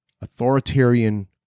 authoritarian